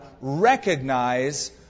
recognize